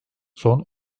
son